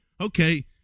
okay